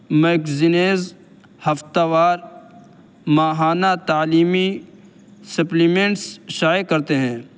magazines ہفتہ وار ماہانہ تعلیمی سپلیمنٹس شائع کرتے ہیں